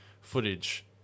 footage